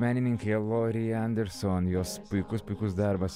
menininkė lori anderson jos puikus puikus darbas